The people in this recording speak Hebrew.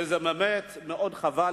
וזה באמת מאוד חבל,